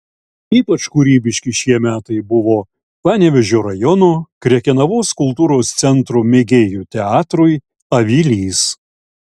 ypač kūrybiški šie metai buvo panevėžio rajono krekenavos kultūros centro mėgėjų teatrui avilys